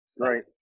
Right